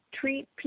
treat